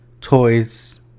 toys